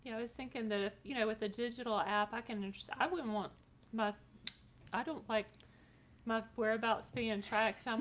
i was thinking that, you know, with a digital app, i can no, i wouldn't want but i don't like my whereabouts fan tracks. um